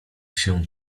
się